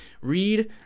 read